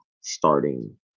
starting